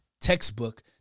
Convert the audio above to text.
textbook